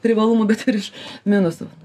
privalumų bet ir iš minusų